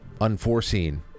unforeseen